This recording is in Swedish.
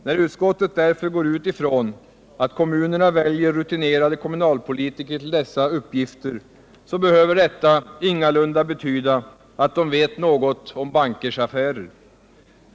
När utskottet därför går ut ifrån att kommunerna väljer rutinerade kommunalpolitiker till dessa uppgifter, så behöver det ingalunda betyda att dessa vet något om bankers affärer.